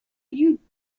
you